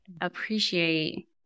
appreciate